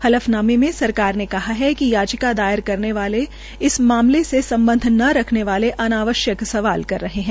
हलफनामे में सराकार ने कहा है कि याचिका दायर करने वाले इस मामले से संबंध न रखने वाले अनावश्यक सवाल कर रहे हैं